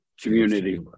Community